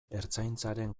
ertzaintzaren